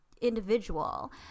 individual